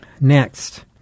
Next